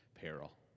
peril